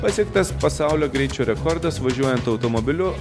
pasiektas pasaulio greičio rekordas važiuojant automobiliu